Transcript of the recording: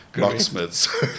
locksmiths